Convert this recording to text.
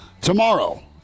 tomorrow